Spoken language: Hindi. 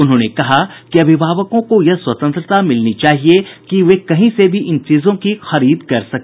उन्होंने कहा कि अभिभावकों को यह स्वतंत्रता मिलनी चाहिए कि वे कहीं से भी इन चीजों की खरीद कर सके